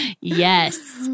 yes